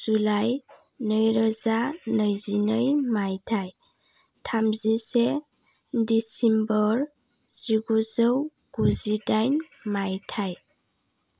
July नैरोजा नैजिनै मायथाइ थामजिसे दिसिम्बर जिगुजौ गुजिदाइन मायथाइ